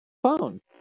phone